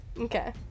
Okay